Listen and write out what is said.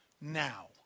now